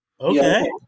Okay